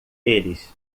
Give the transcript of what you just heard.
eles